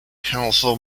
council